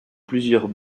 plusieurs